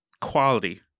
quality